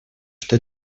что